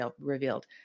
revealed